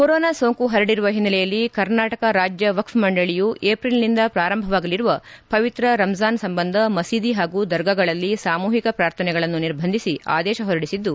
corona ಸೋಂಕು ಪರಡಿರುವ ಹಿನ್ನಲೆಯಲ್ಲಿ ಕರ್ನಾಟಕ ರಾಜ್ಯ ವಕ್ಕ್ ಮಂಡಳಿಯು ಏಪ್ರಿಲ್ನಿಂದ ಪ್ರಾರಂಭವಾಗಲಿರುವ ಪವಿತ್ರ ರಂಜಾನ್ ಸಂಬಂಧ ಮಸೀದಿ ಹಾಗೂ ದರ್ಗಾಗಳಲ್ಲಿ ಸಾಮೂಹಿಕ ಪ್ರಾರ್ಥನೆಗಳನ್ನು ನಿರ್ಬಂಧಿಸಿ ಆದೇಶ ಹೊರಡಿಸಿದ್ದು